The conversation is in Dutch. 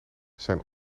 zijn